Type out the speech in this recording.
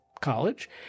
college